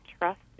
trust